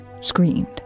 screamed